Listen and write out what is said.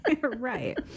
Right